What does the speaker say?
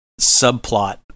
subplot